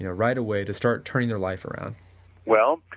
you know right way to start turning their life around well,